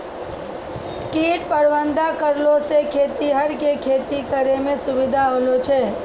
कीट प्रबंधक करलो से खेतीहर के खेती करै मे सुविधा होलो छै